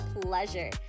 pleasure